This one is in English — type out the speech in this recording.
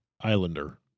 Islander